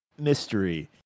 mystery